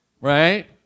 Right